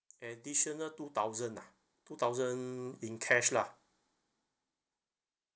additional two thousand ah two thousand in cash lah